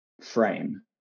frame